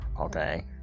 okay